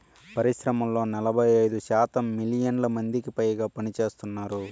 పరిశ్రమల్లో నలభై ఐదు శాతం మిలియన్ల మందికిపైగా పనిచేస్తున్నారు